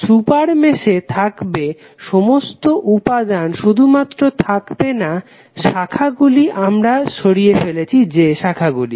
super মেশে থাকবে সমস্ত উপাদান শুধুমাত্র থাকবে না যে শাখাগুলি আমরা সরিয়ে ফেলেছি